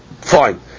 fine